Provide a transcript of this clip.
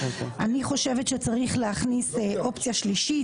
אני חושבת שצריך להכניס אופציה שלישית,